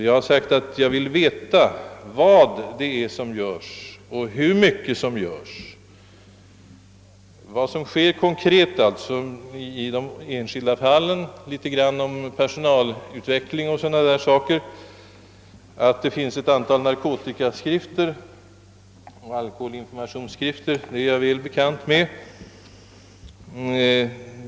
Jag har sagt att jag vill veta vad som görs och hur mycket som görs, främst vad som sker av vårdåtgärder i de konkreta fallen, vidare något om personalutvecklingen inom barnavården etc. Att det finns ett antal narkotikaoch alkoholinformationsskrifter är mig väl bekant.